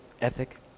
ethic